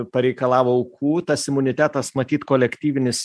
pareikalavo aukų tas imunitetas matyt kolektyvinis